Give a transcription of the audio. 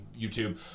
youtube